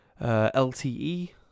LTE